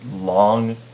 long